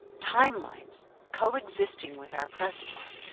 timelines coexisting with our present one.